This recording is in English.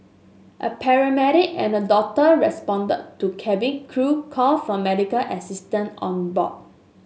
a paramedic and a doctor responded to cabin crew call for medical assistance on board